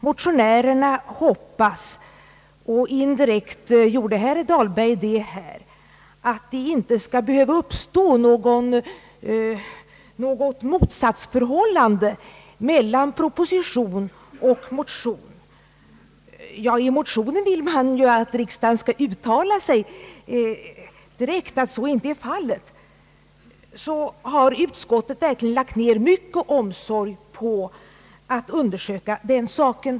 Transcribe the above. Motionärerna hoppas — och indirekt gjorde herr Dahlberg det här — att det inte skall behöva uppstå något motsatsförhållande mellan proposition och motioner och vill att riksdagen skall uttala att så inte är fallet, och utskottet har därför lagt ned mycket omsorg på att undersöka den saken.